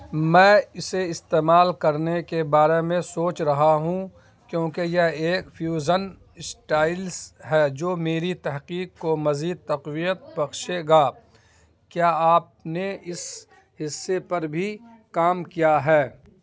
میں اسے استعمال کرنے کے بارے میں سوچ رہا ہوں کیونکہ یہ ایک فیوژن اسٹائلس ہے جو میری تحقیق کو مزید تقویت بخشے گا کیا آپ نے اس حصے پر بھی کام کیا ہے